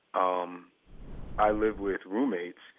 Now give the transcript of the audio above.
um i live with roommates,